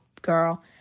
girl